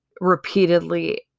repeatedly